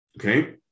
Okay